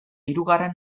hirugarren